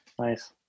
Nice